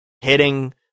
hitting